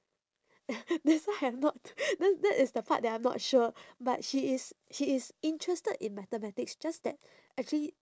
that's why I'm not that that is the part that I'm not sure but she is she is interested in mathematics just that actually